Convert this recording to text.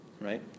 right